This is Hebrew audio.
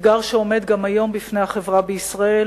אתגר שעומד גם היום בפני החברה בישראל